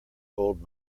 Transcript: gold